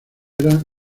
era